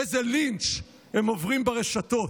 איזה לינץ' הם עוברים ברשתות.